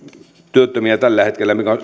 työttömiä tällä hetkellä ja mikä